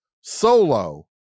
solo